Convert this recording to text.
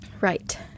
Right